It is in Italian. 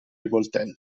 rivoltella